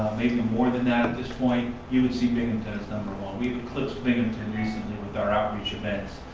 maybe more than that, at this point you see binghamton as number one. we have eclipsed binghamton recently with our outreach events.